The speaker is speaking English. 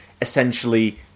essentially